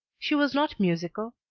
she was not musical,